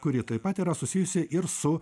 kuri taip pat yra susijusi ir su